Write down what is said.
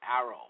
arrow